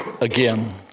again